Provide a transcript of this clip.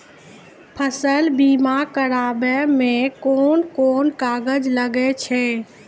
फसल बीमा कराबै मे कौन कोन कागज लागै छै?